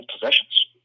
possessions